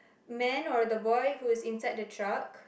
man or the boy who is inside the truck